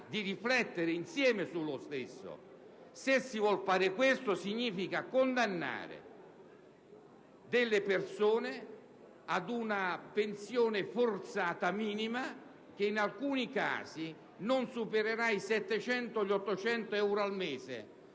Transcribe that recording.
di riflettere insieme sullo stesso. Fare questo scelta significa condannare delle persone ad una pensione forzata minima che, in alcuni casi, non supererà i 700, 800 euro al mese.